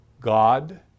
God